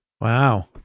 Wow